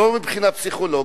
לא מבחינה פסיכולוגית,